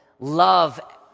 Love